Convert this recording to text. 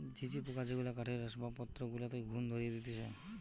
ঝিঝি পোকা যেগুলা কাঠের আসবাবপত্র গুলাতে ঘুন ধরিয়ে দিতেছে